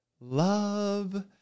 love